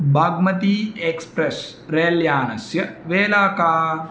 Bagmati express रेल्यानस्य वेला का